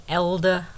elder